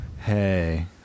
Hey